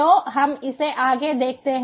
तो हम इसे आगे देखते हैं